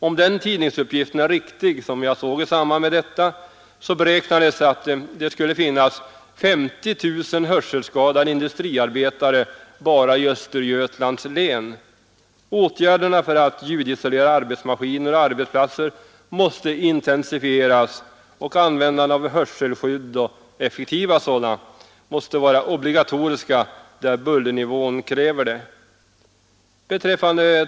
Om den tidningsuppgift är riktig som jag såg i samband med detta, så beräknades att det skulle finnas 50 000 hörselskadade industriarbetare bara i Östergötlands län. Åtgärderna för att ljudisolera arbetsmaskiner och arbetsplatser måste intensifieras, och användandet av hörselskydd — effektiva sådana — måste vara obligatoriskt där bullernivån kräver det.